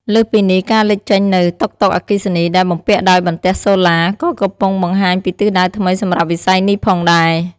លើសពីនេះ ការលេចចេញនូវ តុកតុកអគ្គិសនី ដែលបំពាក់ដោយបន្ទះសូឡា ក៏កំពុងបង្ហាញពីទិសដៅថ្មីសម្រាប់វិស័យនេះផងដែរ។